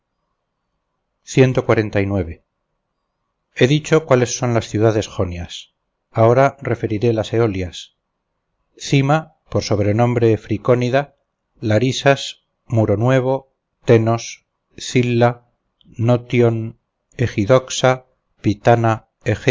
he dicho cuales son las ciudades jonias ahora referiré las eolias cima por sobrenombre fricónida larisas muronuevo tenos cilla notion egidoxa pitana